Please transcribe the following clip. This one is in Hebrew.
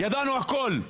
ידענו הכול.